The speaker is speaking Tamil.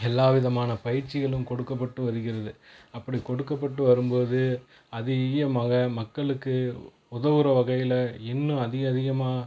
எல்லா விதமான பயிற்சிகளும் கொடுக்கபட்டு வருகிறது அப்படி கொடுக்கபட்டு வரும் போது அதிகமாக மக்களுக்கு உதவுகிற வகையில் இன்னும் அதிக அதிகமாக